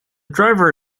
driver